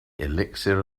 elixir